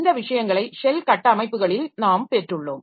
இந்த விஷயங்களை ஷெல் கட்டமைப்புகளில் நாம் பெற்றுள்ளோம்